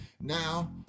Now